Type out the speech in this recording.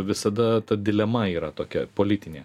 visada ta dilema yra tokia politinė